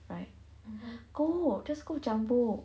go just go jumbo